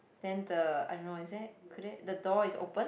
then the I don't know is there could there the door is open